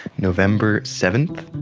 november seventh,